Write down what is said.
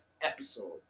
episode